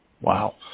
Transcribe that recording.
Wow